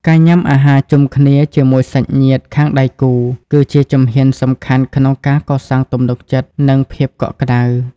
ការញ៉ាំអាហារជុំគ្នាជាមួយសាច់ញាតិខាងដៃគូ គឺជាជំហានសំខាន់ក្នុងការកសាងទំនុកចិត្ត និងភាពកក់ក្ដៅ។